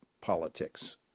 politics